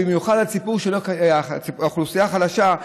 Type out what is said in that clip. במיוחד האוכלוסייה החלשה,